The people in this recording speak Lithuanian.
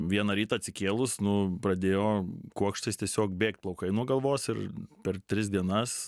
vieną rytą atsikėlus nu pradėjo kuokštais tiesiog bėgt plaukai nuo galvos ir per tris dienas